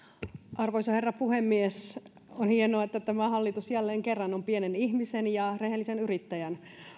arvoisa herra puhemies on hienoa että tämä hallitus jälleen kerran on pienen ihmisen ja rehellisen yrittäjän